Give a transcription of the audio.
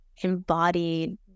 embodied